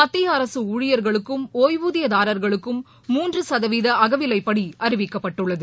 மத்திய அரசு ஊழியர்களுக்கும் ஒய்வூதியதாரர்களுக்கும் மூன்று சதவீத அகவிலைப்படி அறிவிக்கப்பட்டுள்ளது